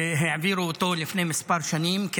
שהעבירו אותו לפני כמה שנים.